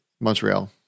Montreal